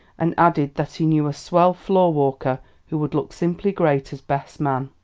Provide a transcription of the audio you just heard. and added that he knew a swell floor-walker who would look simply great as best man.